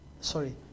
sorry